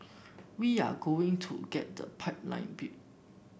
we are going to get the pipeline built